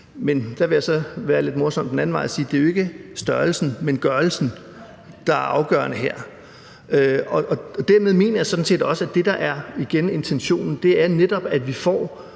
men der vil jeg så være lidt morsom den anden vej og sige, at det jo ikke er størrelsen, men gørelsen, der er afgørende her, og dermed mener jeg sådan set også igen, at det, der netop er intentionen, er, at vi får